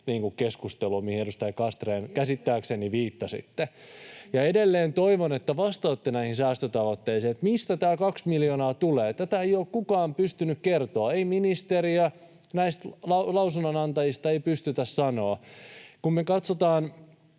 vuokralääkärikeskusteluun, mihin, edustaja Castrén, käsittääkseni viittasitte. [Maaret Castrénin välihuuto] Edelleen toivon, että vastaatte näihin säästötavoitteisiin: mistä tämä kaksi miljoonaa tulee. Tätä ei ole kukaan pystynyt kertomaan, ei ministeriö eivätkä nämä lausunnonantajat pysty sanomaan. Kun me katsotaan